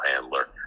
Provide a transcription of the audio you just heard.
handler